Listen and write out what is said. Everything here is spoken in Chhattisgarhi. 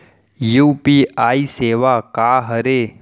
यू.पी.आई सेवा का हरे?